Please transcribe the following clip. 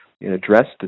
addressed